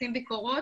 עושים ביקורות,